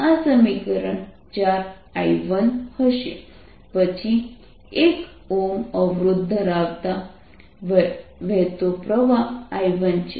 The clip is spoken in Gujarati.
આ સમીકરણ 4I1 હશે પછી 1 અવરોધ દ્વારા વહેતો પ્રવાહ I1 છે